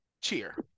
cheer